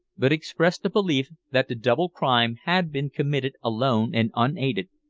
but expressed a belief that the double crime had been committed alone and unaided.